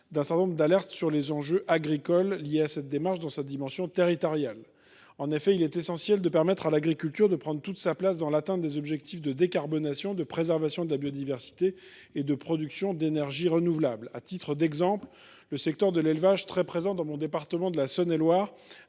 de plusieurs alertes sur les enjeux agricoles liés à cette démarche, dans sa dimension territoriale. En effet, il est essentiel de permettre à l’agriculture de prendre toute sa place dans l’atteinte des objectifs de décarbonation, de préservation de la biodiversité et de production d’énergies renouvelables. À titre d’exemple, le secteur de l’élevage, très présent dans mon département de Saône et Loire,